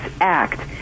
Act